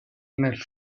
nel